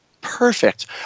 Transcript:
Perfect